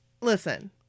listen